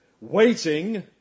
waiting